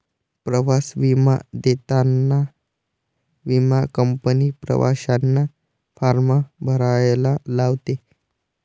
प्रवास विमा देताना विमा कंपनी प्रवाशांना फॉर्म भरायला लावते